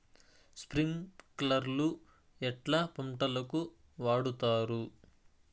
స్ప్రింక్లర్లు ఎట్లా పంటలకు వాడుతారు?